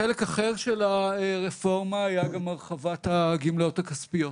חלק אחר של הרפורמה היה גם הרחבת הגמלאות הכספיות.